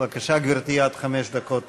בבקשה, גברתי, עד חמש דקות לרשותך.